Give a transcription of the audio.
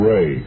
Ray